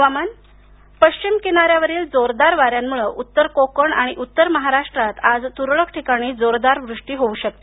हवामान पश्चिम किनाऱ्यावरील जोरदार वाऱ्यांमुळे उत्तर कोकण आणि उत्तर महाराष्ट्रात आज तुरळक ठिकाणी जोरदार वृष्टी होऊ शकते